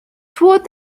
toward